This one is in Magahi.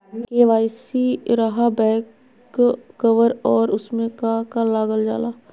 के.वाई.सी रहा बैक कवर और उसमें का का लागल जाला?